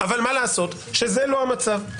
אבל מה לעשות שזה לא המצב.